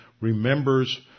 remembers